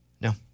No